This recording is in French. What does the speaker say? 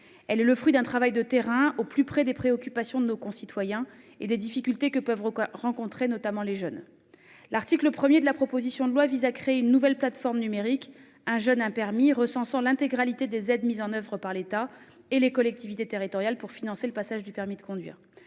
Elle est le fruit d'un travail de terrain, au plus près des préoccupations de nos concitoyens et des difficultés que peuvent rencontrer, notamment, les jeunes. L'article 1 vise à créer une nouvelle plateforme numérique, « 1 jeune, 1 permis », recensant l'intégralité des aides mises en oeuvre par l'État et les collectivités territoriales pour financer le passage du permis de conduire.